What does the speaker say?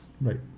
right